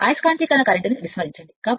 అయస్కాంతీకరణ current ను విస్మరించండి